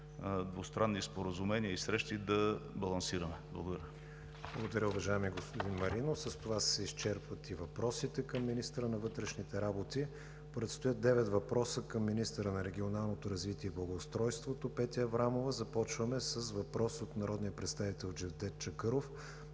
двустранни споразумения и срещи да балансираме. Благодаря. ПРЕДСЕДАТЕЛ КРИСТИАН ВИГЕНИН: Благодаря, уважаеми господин Маринов. С това се изчерпват и въпросите към министъра на вътрешните работи. Предстоят девет въпроса към министъра на регионалното развитие и благоустройството Петя Аврамова. Започваме с въпрос от народния представител Джевджет Чакъров